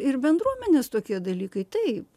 ir bendruomenės tokie dalykai taip